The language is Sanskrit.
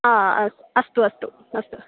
हा अस्तु अस्तु अस्तु अस्तु